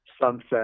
sunset